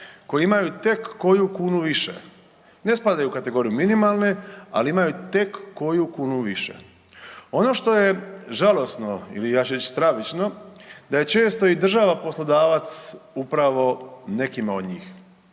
koji imaju tek koju kunu više. Ne spadaju u kategoriju minimalne, ali imaju tek koju kunu više. Ono što je žalosno ili ja ću reći stravično da je često i država poslodavac upravo nekima od njih.